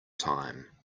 time